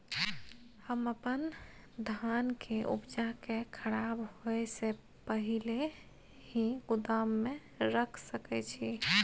हम अपन धान के उपजा के खराब होय से पहिले ही गोदाम में रख सके छी?